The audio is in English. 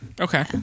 okay